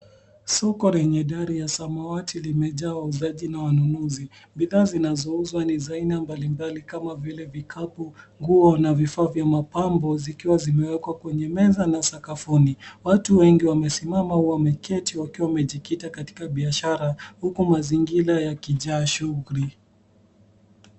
Soko lenye dari ya samawati limejaa wauzaji na wanunuzi. Bidhaa zinazouzwa ni za aina mbalimbali kama vile vikapu, nguo na vifaa vya mapambo zikiwa zimewekwa kwenye meza na sakafuni. Watu wengi wamesimama au wameketi wakiwa wamejikita katika biashara huku mazingira yakijaa shughuli.